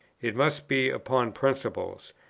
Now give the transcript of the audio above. it must be upon principles,